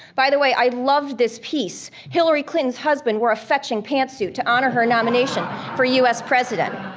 by the way, i loved this piece. hillary clinton's husband wore a fetching pantsuit to honor her nomination for u s. president.